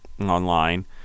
online